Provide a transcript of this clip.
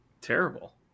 Terrible